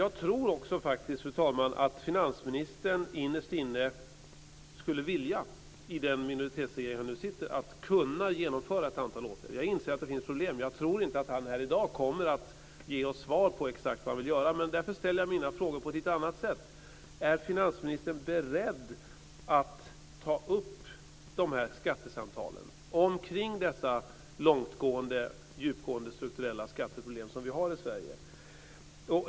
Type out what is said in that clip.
Jag tror faktiskt också, fru talman, att finansministern innerst inne, i den minoritetsregering han nu sitter, skulle vilja kunna genomföra ett antal åtgärder. Jag inser att det finns problem. Jag tror inte att han här i dag kommer att ge oss svar på exakt vad han vill göra. Men därför ställer jag mina frågor på ett lite annat sätt: Är finansministern beredd att ta upp skattesamtalen omkring dessa långtgående, djupgående strukturella skatteproblem som vi har i Sverige?